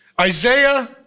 Isaiah